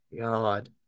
god